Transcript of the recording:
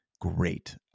great